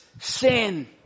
sin